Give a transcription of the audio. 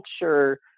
culture